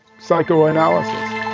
psychoanalysis